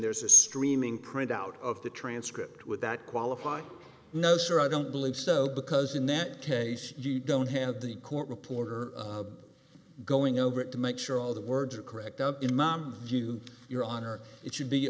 there's a streaming printout of the transcript with that qualifier no sir i don't believe so because in that case you don't have the court reporter going over it to make sure all the words are correct up in mum your honor it should be